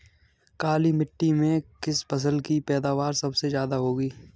काली मिट्टी में किस फसल की पैदावार सबसे ज्यादा होगी?